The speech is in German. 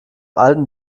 alten